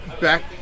Back